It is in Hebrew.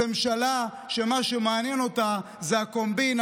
זו ממשלה שמה שמעניין אותה זה הקומבינה.